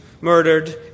murdered